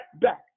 back